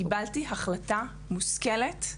קיבלתי החלטה מושכלת,